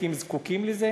כי הם זקוקים לזה,